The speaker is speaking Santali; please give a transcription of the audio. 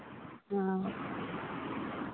ᱦᱮᱸ